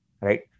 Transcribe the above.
right